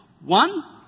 One